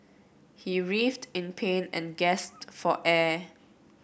he writhed in pain and gasped for air